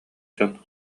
дьон